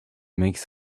makes